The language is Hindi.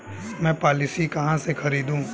मैं पॉलिसी कहाँ से खरीदूं?